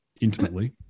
intimately